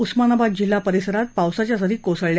उस्मानाबाद जिल्हा परिसरातही पावसाच्या सरी कोसळल्या